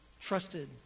trusted